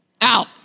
out